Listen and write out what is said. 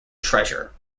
treasure